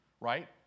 right